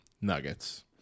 nuggets